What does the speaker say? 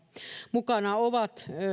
mukana ovat